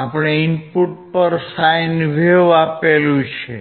આપણે ઇનપુટ પર sine wave આપેલ છે